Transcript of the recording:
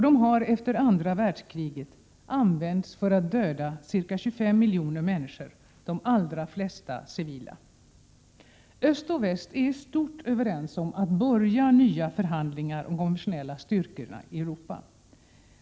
De har, efter andra världskriget, använts för att döda ca 25 miljoner människor — de allra flesta civila. Öst och väst är i stort överens om att börja nya förhandlingar om konventionella styrkor i Europa.